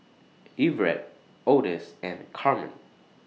Everet Odus and Carmen